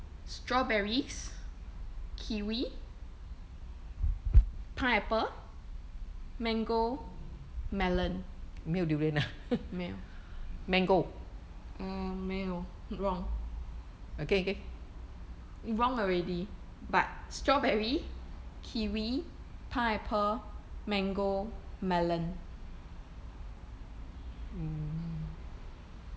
strawberries kiwi pineapple mango melon 没有 err 没有 wrong wrong already but strawberry kiwi pineapple mango melon